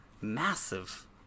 massive